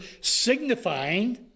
signifying